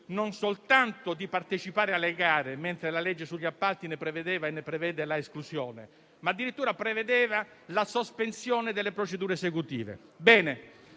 non soltanto di partecipare alle gare (mentre la legge sugli appalti ne prevedeva e ne prevede la esclusione), ma addirittura la sospensione delle procedure esecutive.